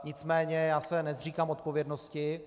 Nicméně se nezříkám odpovědnosti.